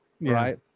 right